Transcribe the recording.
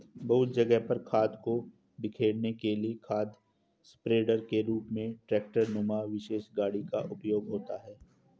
बहुत जगह पर खाद को बिखेरने के लिए खाद स्प्रेडर के रूप में ट्रेक्टर नुमा विशेष गाड़ी का उपयोग होता है